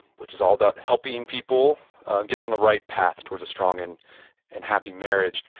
which is all about helping people get on the right path towards a strong and and happy marriage.